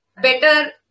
better